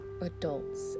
adults